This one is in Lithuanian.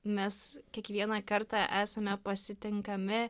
mes kiekvieną kartą esame pasitinkami